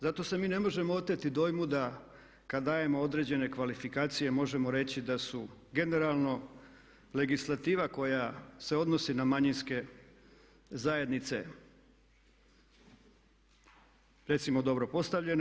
Zato se mi ne možemo oteti dojmu da kada dajemo određene kvalifikacije možemo reći da su generalno legislativa koja se odnosi na manjinske zajednice recimo dobro postavljena.